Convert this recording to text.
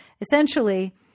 essentially